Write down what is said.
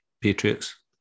Patriots